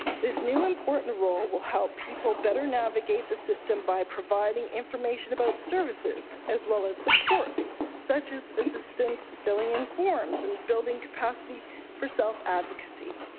this new important role will help people better navigate the system by providing information about services as well as supports such as assistance, filling in forms and building capacity for self-advocacy.